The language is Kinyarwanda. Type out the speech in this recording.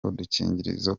udukingirizo